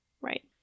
right